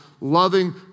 loving